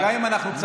גם אנחנו,